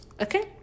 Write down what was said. Okay